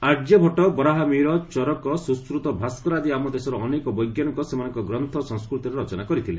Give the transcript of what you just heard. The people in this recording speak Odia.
ଆର୍ଯ୍ୟଭଟ୍ଟ ବରାହମିହିର ଚରକ ସୁଶୃତ ଭାସ୍କର ଆଦି ଆମ ଦେଶର ଅନେକ ବୈଜ୍ଞାନିକ ସେମାନଙ୍କ ଗ୍ରନ୍ଥ ସଂସ୍କୃତରେ ରଚନା କରିଥିଲେ